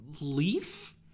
Leaf